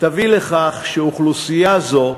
תביא לכך שאוכלוסייה זו,